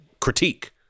critique